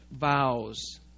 vows